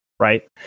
Right